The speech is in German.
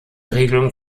regelung